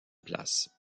place